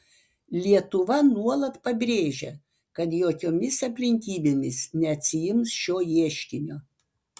lietuva nuolat pabrėžia kad jokiomis aplinkybėmis neatsiims šio ieškinio